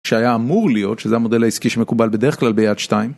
שהיה אמור להיות שזה המודל העסקי שמקובל בדרך כלל ביד 2.